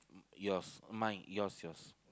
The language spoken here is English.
yours mine yours yours